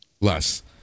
Less